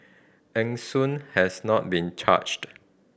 Eng Soon has not been charged